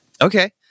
Okay